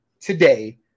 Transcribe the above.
today